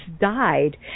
died